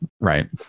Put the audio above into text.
Right